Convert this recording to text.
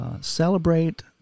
celebrate